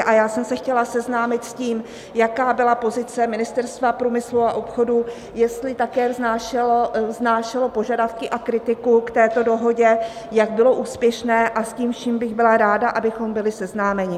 A já jsem se chtěla seznámit s tím, jaká byla pozice Ministerstva průmyslu a obchodu, jestli také vznášelo požadavky a kritiku k této dohodě, jak bylo úspěšné, a s tím vším bych byla ráda, abychom byli seznámeni.